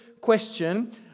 question